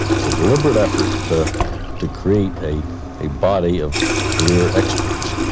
was a deliberate effort to to create a a body of career experts.